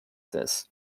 this